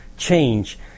Change